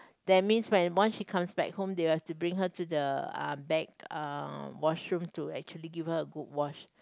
that means when once she comes back home they will have to bring her to uh back uh washroom to actually give her a good wash